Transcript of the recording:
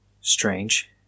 Strange